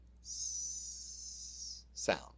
sound